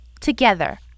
together